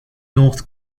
north